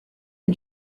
est